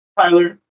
Tyler